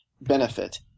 benefit